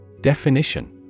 Definition